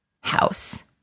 house